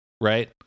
right